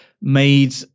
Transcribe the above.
made